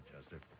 Chester